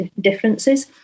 differences